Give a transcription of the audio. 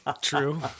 True